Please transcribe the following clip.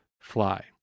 fly